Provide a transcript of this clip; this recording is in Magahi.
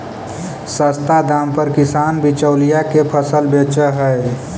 सस्ता दाम पर किसान बिचौलिया के फसल बेचऽ हइ